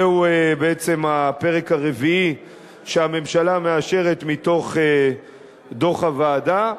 זהו הפרק הרביעי שהממשלה מאשרת מתוך דוח הוועדה,